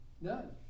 None